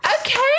Okay